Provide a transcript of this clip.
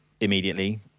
immediately